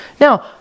Now